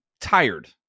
tired